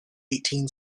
eighteen